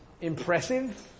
impressive